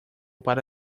para